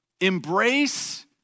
embrace